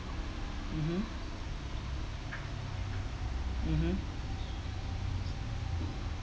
mmhmm mmhmm